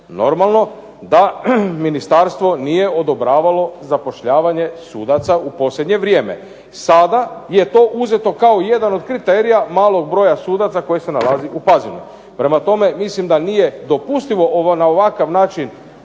Normalno da ministarstvo nije odobravalo zapošljavanje sudaca u posljednje vrijeme. Sada je to uzeto kao jedan od kriterija malog broja sudaca koji se nalazi u Pazinu. Prema tome, mislim da nije dopustivo ovo na ovakav način